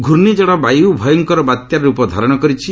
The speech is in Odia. ଘୂର୍ଷିଝଡ଼ ବାୟୁ ଭୟଙ୍କର ବାତ୍ୟାର ରୂପ ଧାରଣ କରିଛି